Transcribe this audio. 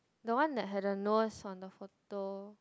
the one that had a nose on the photo